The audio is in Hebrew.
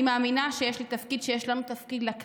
אני מאמינה שיש לנו תפקיד, לכנסת,